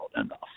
enough